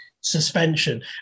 suspension